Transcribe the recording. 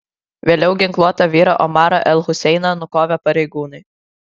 vėliau ginkluotą vyrą omarą el huseiną nukovė pareigūnai